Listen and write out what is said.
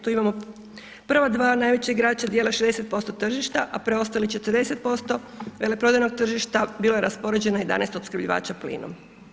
Tu imamo prva dva najveća igrača dijele 60% tržišta a preostalih 40% veleprodajnog tržišta bilo je raspoređeno 11 opskrbljivača plinom.